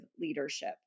leadership